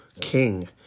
king